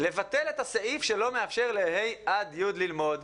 לבטל את הסעיף שלא מאפשר לה' י' ללמוד,